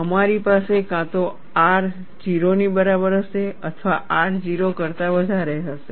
અમારી પાસે કાં તો R 0 ની બરાબર હશે અથવા R 0 કરતા વધારે હશે